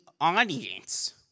audience